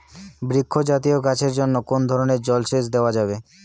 বৃক্ষ জাতীয় গাছের জন্য কোন ধরণের জল সেচ দেওয়া যাবে?